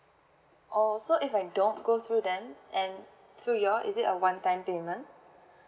oh so if I don't go through them and so you all is it a one time payment